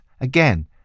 Again